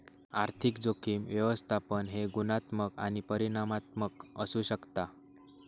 आर्थिक जोखीम व्यवस्थापन हे गुणात्मक आणि परिमाणात्मक असू शकता